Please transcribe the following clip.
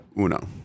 Uno